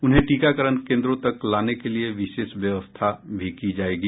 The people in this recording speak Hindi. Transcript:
उन्हें टीकाकरण केन्द्रों तक लाने के लिए विशेष व्यवस्था भी की जायेगी